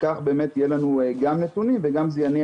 וכך באמת יהיה לנו גם נתונים וגם זה יניע